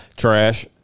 trash